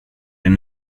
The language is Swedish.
det